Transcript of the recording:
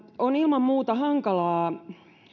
on ilman muuta hankalaa